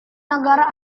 negara